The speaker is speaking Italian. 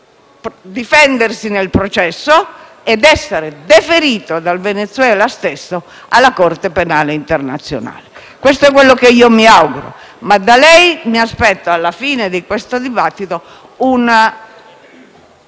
può difendersi nel processo ed essere deferito dal Venezuela stesso alla Corte penale internazionale. Questo è ciò che mi auguro ma da lei mi aspetto, alla fine di questo dibattito, una